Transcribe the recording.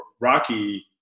Rocky